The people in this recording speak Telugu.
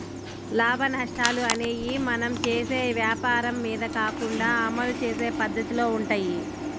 లాభనష్టాలు అనేయ్యి మనం చేసే వ్వాపారం మీద కాకుండా అమలు చేసే పద్దతిలో వుంటయ్యి